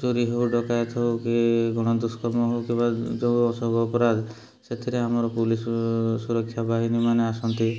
ଚୋରି ହେଉ ଡକାୟତ ହେଉ କି ଗଣଦୁଷ୍କର୍ମ ହେଉ କିମ୍ବା ଯୋଉ ସବୁ ଅପରାଧ ସେଥିରେ ଆମର ପୋଲିସ୍ ସୁରକ୍ଷା ବାହିନୀମାନେ ଆସନ୍ତି